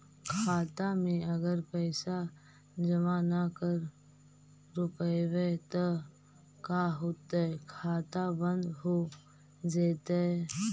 खाता मे अगर पैसा जमा न कर रोपबै त का होतै खाता बन्द हो जैतै?